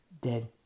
dead